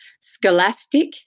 Scholastic